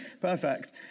Perfect